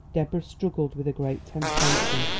deborah struggled with a great temptation.